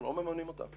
אנחנו לא מממנים אותה.